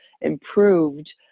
improved